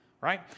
right